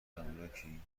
املاکی